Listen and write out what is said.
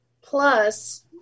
Plus